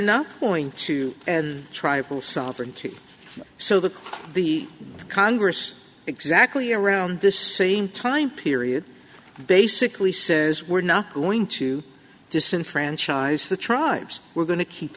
not going to tribal sovereignty so the the congress exactly around this same time period basically says we're not going to disenfranchise the tribes we're going to keep